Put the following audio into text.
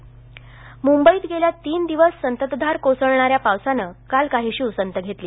मंबई पाऊस मुंबईत गेल्या तीन दिवस संततधार कोसळणा या पावसाने काल काहीशी उसंत घेतली